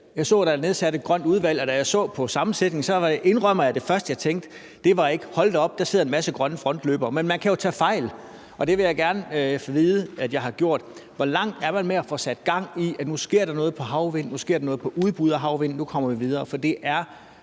Jeg så, at der er nedsat et grønt udvalg, og jeg indrømmer, at da jeg så på sammensætningen, var det første, jeg tænkte, ikke, at hold da op, der sidder en masse grønne frontløbere. Men jeg kan jo tage fejl, og jeg vil gerne vide, om jeg har gjort det. Hvor langt er man med at få sat gang i, at der sker noget i forhold til havvind, at der sker noget i forhold til udbud af havvind, og kommer vi videre? For uanset